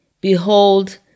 Behold